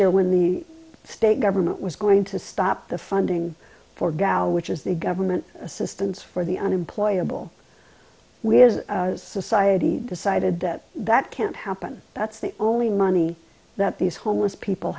year when the state government was going to stop the funding for gal which is the government assistance for the unemployed a bull we as a society decided that that can't happen that's the only money that these homeless people